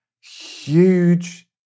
Huge